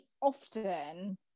often